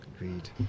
Agreed